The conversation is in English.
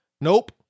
Nope